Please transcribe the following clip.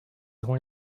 one